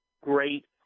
great